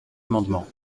amendement